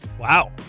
wow